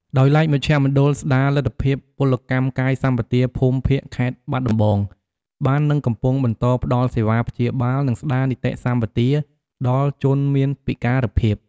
ដោយឡែក មជ្ឈមណ្ឌលស្ដារលទ្ធភាពពលកម្មកាយសម្បទាភូមិភាគ ខេត្តបាត់ដំបងបាននឹងកំពុងបន្តផ្ដល់សេវាព្យាបាល និងស្ដារនិតិសម្បទាដល់ជនមានពិការភាព។